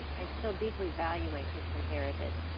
i still deeply value my christian heritage,